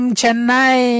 Chennai